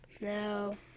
No